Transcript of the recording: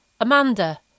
Amanda